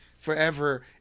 forever